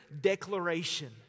declaration